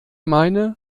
meine